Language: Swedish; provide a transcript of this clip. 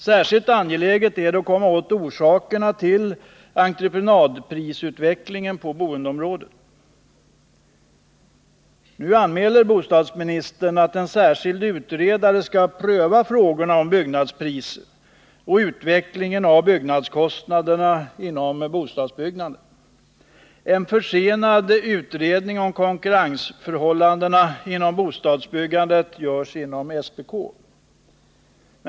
Särskilt angeläget är det att komma åt orsakerna till entreprenadprisutvecklingen på boendeområdet. Nu anmäler bostadsministern att en särskild utredare skall pröva frågorna om byggnadspriser och utvecklingen av byggkostnaderna inom bostadsbyggandet. En försenad utredning om konkurrensförhållandena inom bostadsbyggandet görs inom SPK.